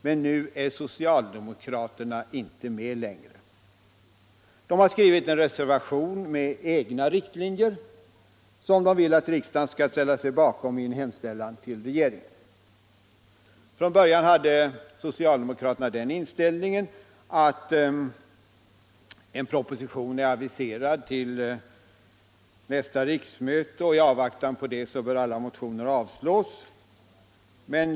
men nu är social "demokraterna inte med längre. De har skrivit en reservation med egna rikt linjer som de vill att riksdagen skall ställa sig bakom i en hemställan till regeringen. Från början hade socialdemokraterna den inställningen att eftersom en proposition är aviserad till nästa riksmöte bör alla motioner avslås i avvaktan på den.